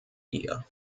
ihr